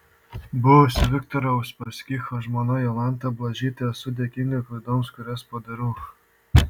buvusi viktoro uspaskicho žmona jolanta blažytė esu dėkinga klaidoms kurias padariau